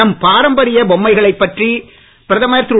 நம் பாரம்பரிய பொம்மைகளைப் பற்றி பிரதமர் திரு